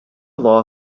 law